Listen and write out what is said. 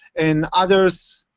and others,